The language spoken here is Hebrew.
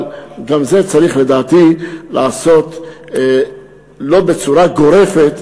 אבל גם זה צריך, לדעתי, להיעשות לא בצורה גורפת,